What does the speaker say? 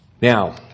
Now